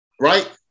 right